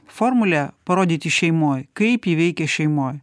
formulę parodyti šeimoj kaip ji veikia šeimoj